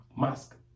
mask